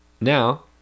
Now